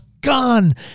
Gone